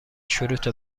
شروط